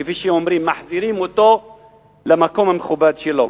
כפי שאומרים, מחזירים אותו למקום המכובד שלו.